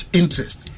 interest